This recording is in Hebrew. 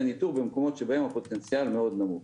ניטור במקומות שבהם הפוטנציאל מאוד נמוך.